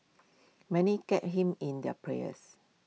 many kept him in their prayers